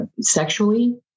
sexually